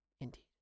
Indeed